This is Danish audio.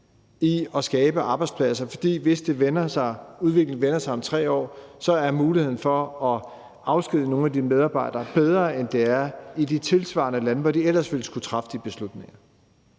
i at skabe arbejdspladser, for hvis udviklingen vender om 3 år, er muligheden for at afskedige nogle af de medarbejdere bedre, end den er i tilsvarende lande, hvor de ellers ville skulle træffe de beslutninger.